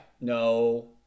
No